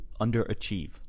underachieve